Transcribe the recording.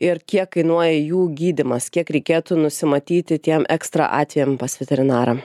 ir kiek kainuoja jų gydymas kiek reikėtų nusimatyti tiem ekstra atvejam pas veterinarą